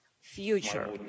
future